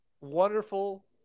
wonderful